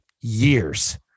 years